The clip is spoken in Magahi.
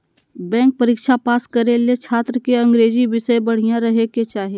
बैंक परीक्षा पास करे ले छात्र के अंग्रेजी विषय बढ़िया रहे के चाही